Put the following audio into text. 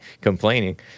complaining